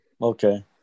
Okay